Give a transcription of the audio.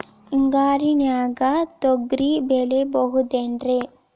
ಹಿಂಗಾರಿನ್ಯಾಗ ತೊಗ್ರಿ ಬೆಳಿಬೊದೇನ್ರೇ?